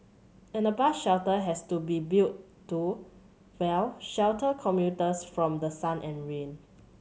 and a bus shelter has to be built to well shelter commuters from the sun and rain